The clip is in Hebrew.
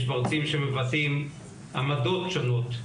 יש מרצים שמבטאים עמדות שונות,